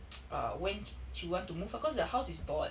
err when she want to move ah because the house is bought